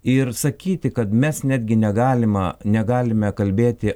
ir sakyti kad mes netgi negalima negalime kalbėti